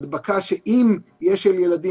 ואם יש הדבקה לילדים,